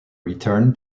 return